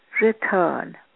return